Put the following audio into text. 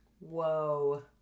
Whoa